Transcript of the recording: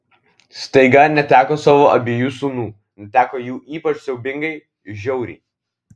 staiga neteko savo abiejų sūnų neteko jų ypač siaubingai žiauriai